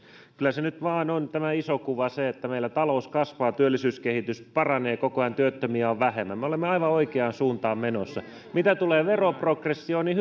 kyllä nyt vaan tämä iso kuva on se että meillä talous kasvaa työllisyyskehitys paranee koko ajan työttömiä on vähemmän me olemme aivan oikeaan suuntaan menossa mitä tulee veroprogressioon niin